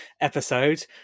episode